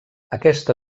aquesta